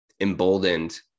emboldened